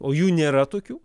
o jų nėra tokių